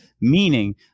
meaning